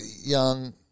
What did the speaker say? young